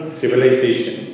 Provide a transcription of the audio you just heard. civilization